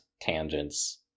tangents